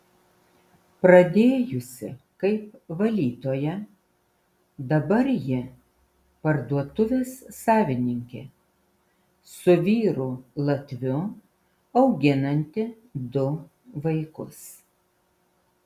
pradėjusi kaip valytoja dabar ji parduotuvės savininkė su vyru latviu auginanti du vaikus